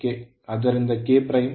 ಆದರೆ V1 V2V2 K